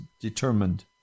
determined